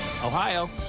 Ohio